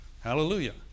Hallelujah